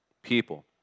people